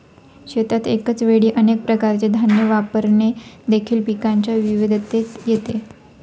शेतात एकाच वेळी अनेक प्रकारचे धान्य वापरणे देखील पिकांच्या विविधतेत येते